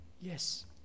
Yes